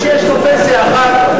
מי שיש לו פנסיה אחת,